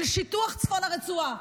של שיטוח צפון הרצועה.